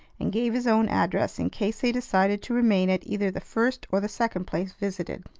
and gave his own address in case they decided to remain at either the first or the second place visited.